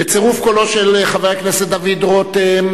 בצירוף קולו של חבר הכנסת דוד רותם,